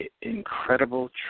incredible